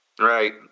Right